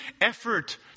effort